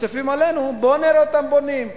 מצפצפים עלינו, בואו נראה אותם בונים.